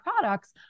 products